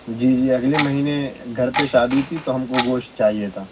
جی جی اگلے مہینے گھر پہ شادی تھی تو ہم کو گوشت چاہیے تھا